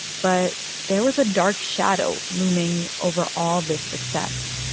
but there was a dark shadow looming over all this success